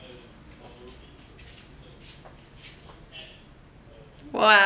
!wah!